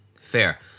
fair